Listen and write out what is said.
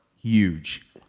huge